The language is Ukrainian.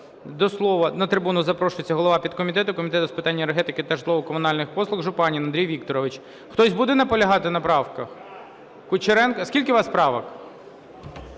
системи. На трибуну запрошується голова підкомітету Комітету з питань енергетики та житлово-комунальних послуг Жупанин Андрій Вікторович. Хтось буде наполягати на правках? Кучеренко? Скільки у вас правок?